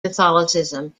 catholicism